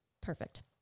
Perfect